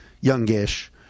youngish